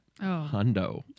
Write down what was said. hundo